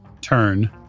turn